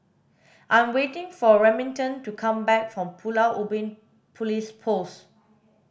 I'm waiting for Remington to come back from Pulau Ubin Police Post